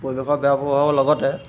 পৰিৱেশত বেয়া প্ৰভাৱৰ লগতে